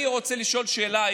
אני רוצה לשאול שאלה,